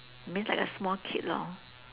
means like a small kid lor